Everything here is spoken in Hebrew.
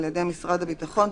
על ידי משרד הביטחון,